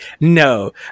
No